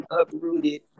uprooted